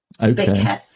okay